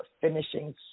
finishing